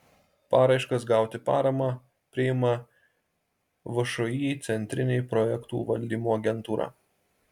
paraiškas gauti paramą priima všį centrinė projektų valdymo agentūra